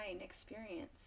experience